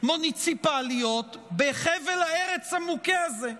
מוניציפליות בחבל הארץ המוכה הזה.